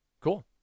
Cool